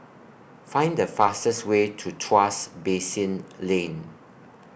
Find The fastest Way to Tuas Basin Lane